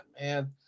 man